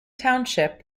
township